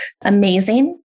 amazing